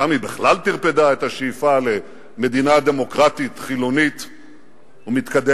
שם היא בכלל טרפדה את השאיפה למדינה דמוקרטית חילונית ומתקדמת.